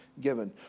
given